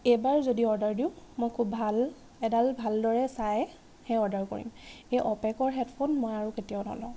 এইবাৰ যদি অৰ্ডাৰ দিওঁ মই খুব ভাল এডাল ভালদৰে চাইহে অৰ্ডাৰ কৰিম এই অপেকৰ হেডফোন মই আৰু কেতিয়াও নলওঁ